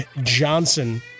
johnson